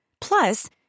Plus